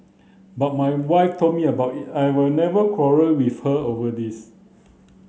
but my wife told me about it I've never quarrelled with her over this